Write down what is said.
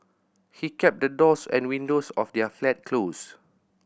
he kept the doors and windows of their flat closed